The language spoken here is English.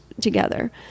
together